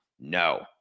No